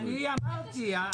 אני אמרתי,